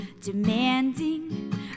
Demanding